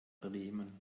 bremen